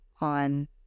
on